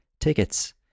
tickets